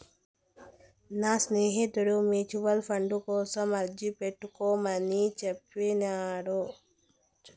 నా స్నేహితుడు mutual fund కోసం అర్జీ పెట్టుకోమని చెప్పినాడు